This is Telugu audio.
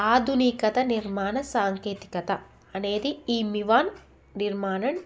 ఆధునికత నిర్మాణ సాంకేతికత అనేది ఈ మివాన్ నిర్మాణం